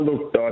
look